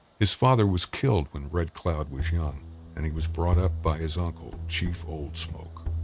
his father was killed when red cloud was young and he was brought up by his uncle, chief old smoke.